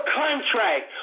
contract